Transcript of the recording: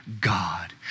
God